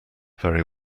very